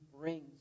brings